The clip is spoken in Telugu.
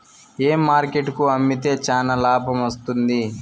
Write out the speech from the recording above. ఏ మార్కెట్ కు అమ్మితే చానా లాభం వస్తుంది?